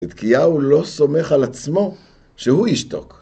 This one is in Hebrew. צדקיהו לא סומך על עצמו שהוא ישתוק.